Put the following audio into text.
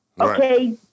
Okay